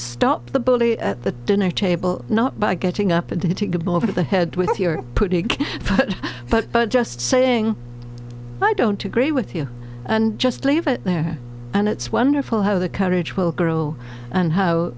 stop the bully at the dinner table not by getting up at the ball over the head with your butt but just saying i don't agree with you and just leave it there and it's wonderful how the courage will grow and how